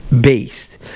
based